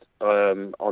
on